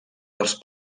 dels